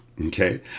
okay